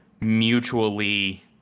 mutually